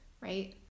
right